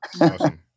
Awesome